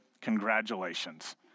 congratulations